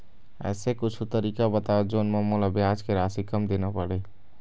ऐसे कुछू तरीका बताव जोन म मोला ब्याज के राशि कम देना पड़े?